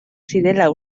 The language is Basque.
zirela